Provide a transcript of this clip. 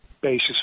basis